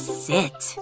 sit